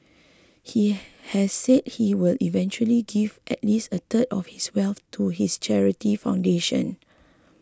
he has said he will eventually give at least a third of his wealth to his charity foundation